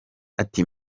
ati